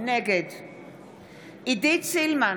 נגד עידית סילמן,